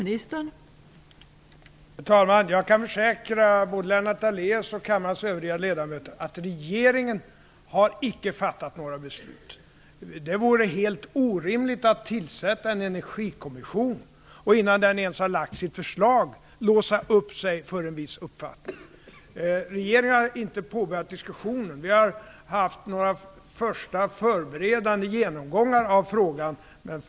Fru talman! Jag kan försäkra både Lennart Daléus och kammarens övriga ledamöter att regeringen icke har fattat några beslut. Det vore helt orimligt att tillsätta en energikommission och innan den ens har lagt sitt förslag låsa sig för en viss uppfattning. Regeringen har inte påbörjat diskussionen. Vi har haft några första förberedande genomgångar av frågan.